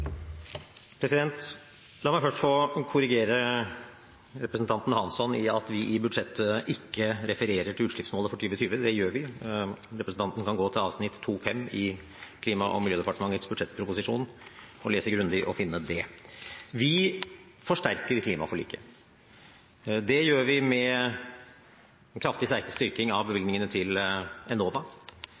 La meg først få korrigere representanten Hansson, som sier at vi i budsjettet ikke refererer til utslippsmålet for 2020 – det gjør vi. Representanten kan gå til avsnitt 2.5 i Klima- og miljødepartementets budsjettproposisjon, lese grundig og finne det. Vi forsterker klimaforliket. Det gjør vi med en kraftig styrking av bevilgningene til Enova.